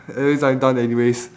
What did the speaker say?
anyways I'm done anyways